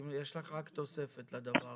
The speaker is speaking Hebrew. אם יש לך רק תוספת לדבר.